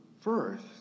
first